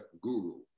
guru